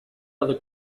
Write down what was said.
other